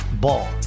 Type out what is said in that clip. Ball